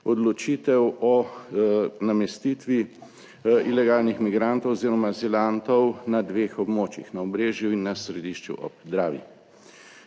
odločitev o namestitvi ilegalnih migrantov oziroma azilantov na dveh območjih: na Obrežju in na Središču ob Dravi.